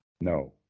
No